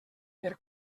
per